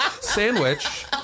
sandwich